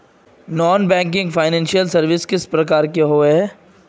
Non banking financial services किस प्रकार के होबे है?